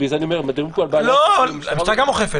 גם היא אוכפת.